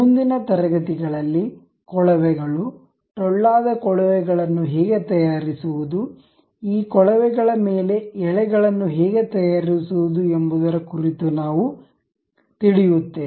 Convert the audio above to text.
ಮುಂದಿನ ತರಗತಿಯಲ್ಲಿ ಕೊಳವೆಗಳು ಟೊಳ್ಳಾದ ಕೊಳವೆಗಳನ್ನು ಹೇಗೆ ತಯಾರಿಸುವುದು ಈ ಕೊಳವೆಗಳ ಮೇಲೆ ಎಳೆಗಳನ್ನು ಹೇಗೆ ತಯಾರಿಸುವುದು ಎಂಬುದರ ಕುರಿತು ನಾವು ತಿಳಿಯುತ್ತೇವೆ